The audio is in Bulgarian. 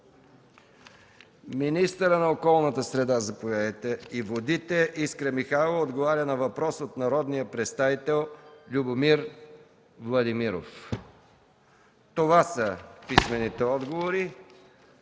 министъра на околната среда и водите Искра Михайлова на въпрос от народния представител Любомир Владимиров. Това са писмените отговори.